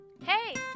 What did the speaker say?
Hey